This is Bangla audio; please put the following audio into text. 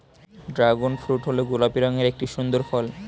ড্র্যাগন ফ্রুট হল গোলাপি রঙের একটি সুন্দর ফল